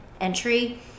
entry